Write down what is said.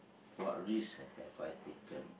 what risk have have I taken